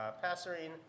Passerine